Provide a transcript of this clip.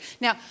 Now